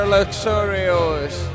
Luxurious